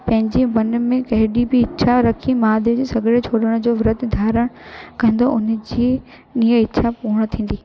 पंहिंजे मन में केॾी बि इच्छा रखी महादेव जे सॻिड़े छोड़ण जो विर्तु धारणु कंदो उन जी इहे इच्छा पुर्ण थींदी